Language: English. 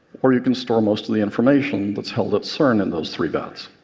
or you can store most of the information that's held at cern in those three vats.